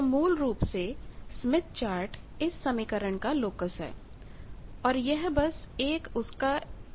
तोमूल रूप से Smith chart इस समीकरण का लोकस है और यह बस एक उसकाएक परिवर्तन है